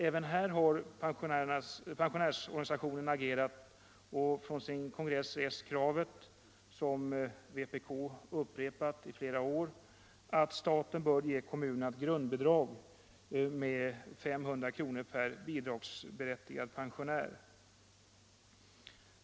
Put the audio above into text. Även här har pensionärsorganisationen agerat och från sin kongress rest kravet — som vpk upprepat i flera år — att staten bör ge kommunerna ett grundbidrag med 500 kronor per bidragsberättigad pensionär.